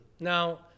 Now